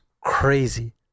crazy